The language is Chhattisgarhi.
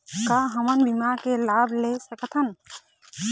का हमन बीमा के लाभ ले सकथन?